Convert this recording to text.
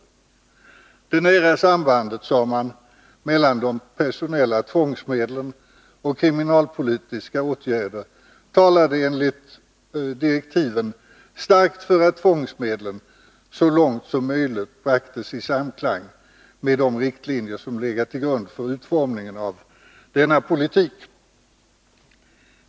Det nära sambandet mellan de personella tvångsmedlen och kriminalpolitiska åtgärder talade enligt direktiven starkt för att tvångsmedlen så långt som möjligt bragtes i samklang med de riktlinjer som legat till grund för utformningen av denna politik.